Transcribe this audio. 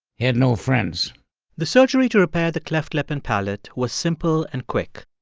he had no friends the surgery to repair the cleft lip and palate was simple and quick.